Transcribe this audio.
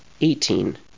Eighteen